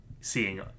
seeing